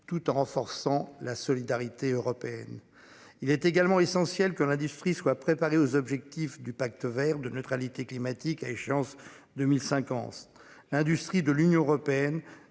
tout en renforçant la solidarité européenne. Il est également essentiel que l'industrie soit préparé aux objectifs du Pacte Vert de neutralité climatique à échéance 2050. L'industrie de l'Union européenne